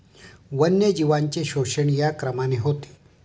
वन्यजीवांचे शोषण या क्रमाने होते